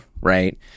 Right